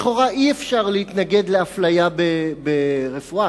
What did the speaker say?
לכאורה אי-אפשר להתנגד לאיסור הפליה ברפואה.